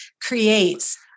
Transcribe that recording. creates